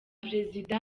perezida